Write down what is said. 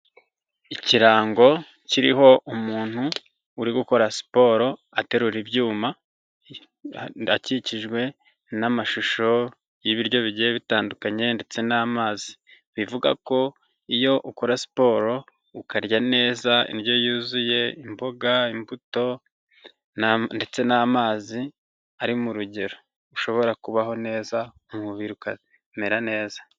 Ikirango kiriho umuntu uri gukora siporo aterura ibyuma, akikijwe n'amashusho y'ibiryo bigiye bitandukanye ndetse n'amazi, bivuga ko iyo ukora siporo ukarya neza indyo yuzuye imboga imbuto ndetse n'amazi ari mu rugero, ushobora kubaho neza umubiri ukamera neza.